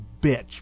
bitch